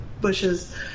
bushes